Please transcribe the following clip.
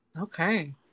Okay